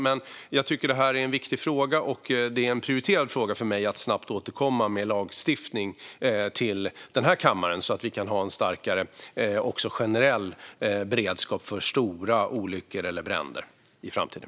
Jag tycker dock att det här är en viktig fråga, och det är en prioriterad fråga för mig att snabbt återkomma med lagstiftning till kammaren så att vi kan ha en starkare generell beredskap för stora olyckor eller bränder i framtiden.